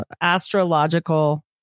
astrological